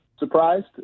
surprised